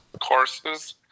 courses